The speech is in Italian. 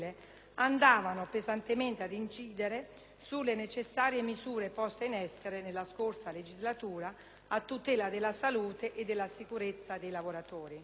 andavano pesantemente ad incidere sulle necessarie misure poste in essere nella scorsa legislatura a tutela della salute e della sicurezza dei lavoratori.